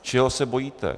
Čeho se bojíte?